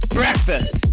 breakfast